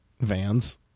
Vans